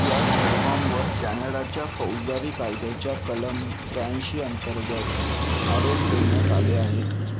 या सर्वांवर कॅनडाच्या फौजदारी कायद्याच्या कलम त्र्याऐंशी अंतर्गत आरोप ठेवण्यात आले आहेत